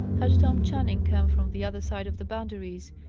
had tom channing come from the other side of the boundaries,